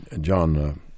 John